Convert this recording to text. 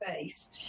space